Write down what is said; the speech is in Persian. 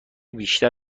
بیشتر